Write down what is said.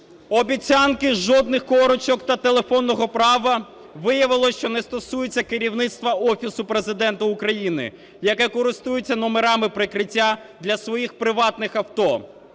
Обіцянки жодних корочок та телефонного права, виявилося, що не стосується керівництва Офісу Президента України, яке користується номерами прикриття для своїх приватних авто.